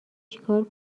چیکار